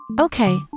Okay